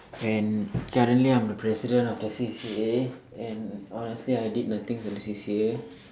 and suddenly I'm the president of the C_C_A and honestly I did nothing for the C_C_A